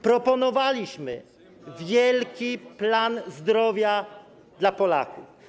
Proponowaliśmy wielki plan zdrowia dla Polaków.